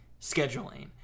scheduling